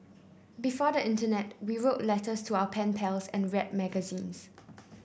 before the Internet we wrote letters to our pen pals and read magazines